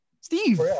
Steve